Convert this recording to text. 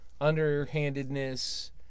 underhandedness